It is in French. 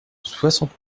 soixante